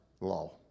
law